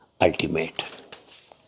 ultimate